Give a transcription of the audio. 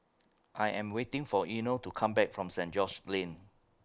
I Am waiting For Eino to Come Back from Saint George's Lane